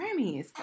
Grammys